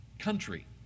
country